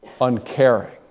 uncaring